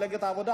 מפלגת העבודה,